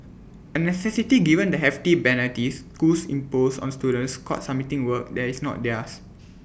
A necessity given the hefty penalties schools impose on students caught submitting work that is not theirs